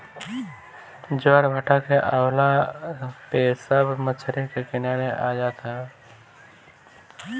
ज्वारभाटा के अवला पे सब मछरी के किनारे आ जात हवे